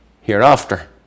hereafter